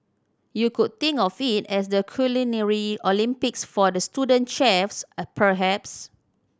you could think of it as the Culinary Olympics for the student chefs at perhaps